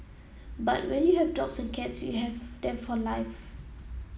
but when you have dogs and cats you have them for life